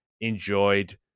enjoyed